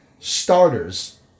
starters